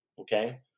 okay